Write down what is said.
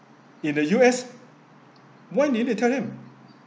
in the U_S why do you need to tell them